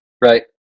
Right